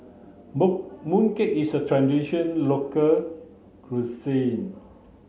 mooncake is a tradition local cuisine